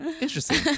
interesting